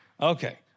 okay